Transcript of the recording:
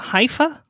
Haifa